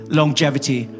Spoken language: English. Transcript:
longevity